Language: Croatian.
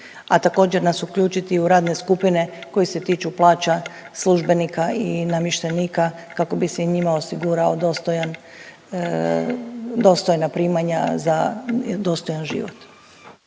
a također nas uključiti i u radne skupine koji se tiču plaća službenika i namještenika kako bi se i njima osigurao dostojan, dostojna primanja za dostojan život.